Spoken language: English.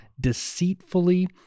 deceitfully